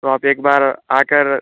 तो आप एक बार आकर